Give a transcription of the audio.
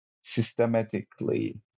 systematically